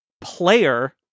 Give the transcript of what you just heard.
player